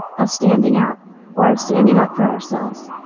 of standing out or of standing up for ourselves.